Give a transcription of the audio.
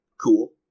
cool